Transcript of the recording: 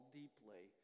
deeply